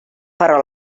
però